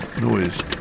noise